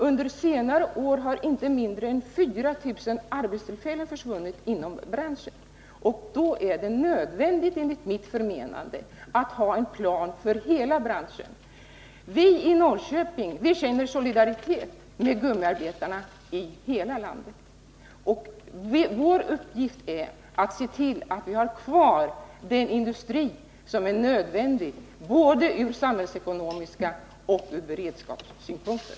Under senare år har inte mindre än 4 000 arbetstillfällen försvunnit inom branschen. Då är det enligt mitt förmenande nödvändigt att ha en plan för hela branschen. Vi i Norrköping känner solidaritet med gummiarbetarna i hela landet. Vår uppgift är att se till att vi får ha kvar den industri som är nödvändig ur både samhällsekonomiska synpunkter och beredskapssynpunkter.